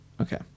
Okay